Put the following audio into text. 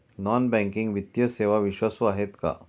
Non banking वित्तीय सेवा विश्वासू आहेत का?